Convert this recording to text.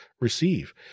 receive